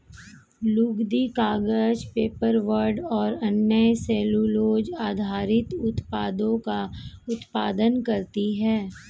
लुगदी, कागज, पेपरबोर्ड और अन्य सेलूलोज़ आधारित उत्पादों का उत्पादन करती हैं